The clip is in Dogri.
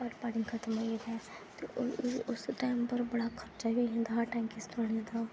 पानी खत्म होई जाना ते उस टैम पर बड़ा खर्चा होई जंदा हा टाइम